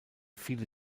viele